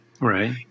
Right